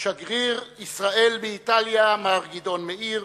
שגריר ישראל באיטליה, מר גדעון מאיר,